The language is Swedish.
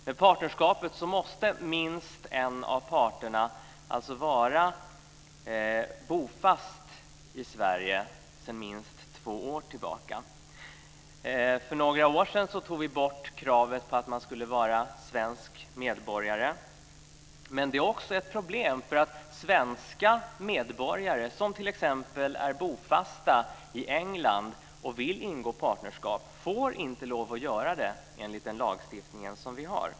Vid partnerskap måste minst en av parterna vara bofast i Sverige sedan minst två år tillbaka. För några år sedan tog vi bort kravet på att man ska vara svensk medborgare, men det är också ett problem. Svenska medborgare som t.ex. är bofasta i England och vill ingå partnerskap får inte lov till det enligt den lagstiftning som vi har.